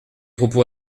propos